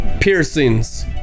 piercings